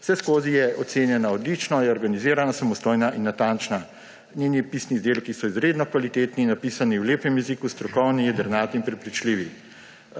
Vseskozi je ocenjena odlično, je organizirana, samostojna in natančna. Njeni pisni izdelki so izredno kvalitetni, napisani v lepem jeziku, strokovni, jedrnati in prepričljivi.